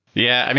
yeah. i mean,